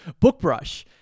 Bookbrush